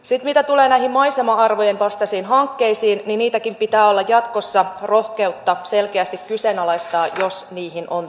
mitä tulee näihin maisema arvojen vastaisiin hankkeisiin niin niitäkin pitää olla jatkossa rohkeutta selkeästi kyseenalaistaa jos siihen on tarvetta